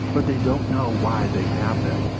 but they don't know why they have him.